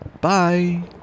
Bye